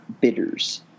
bitters